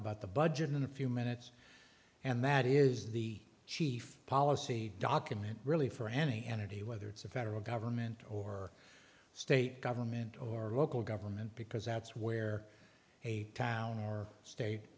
about the budget in a few minutes and that is the chief policy document really for any entity whether it's a federal government or state government or local government because outs where a town or